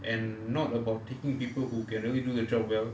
and not about taking people who can only do the job well